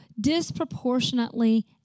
disproportionately